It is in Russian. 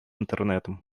интернетом